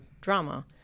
drama